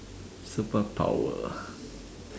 superpower